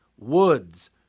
Woods